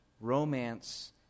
Romance